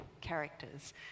characters